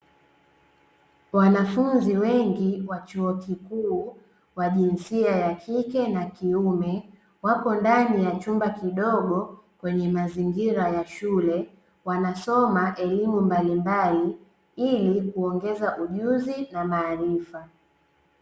Wanafunzi wengi wa chuo kikuu kwa jinsia ya kike na kiume, wako ndani ya chumba kidogo kwenye mazingira ya shule, wanasoma elimu mbalimbali ili kuongeza ujuzi na maarifa.